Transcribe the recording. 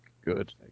Good